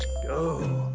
go!